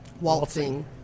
Waltzing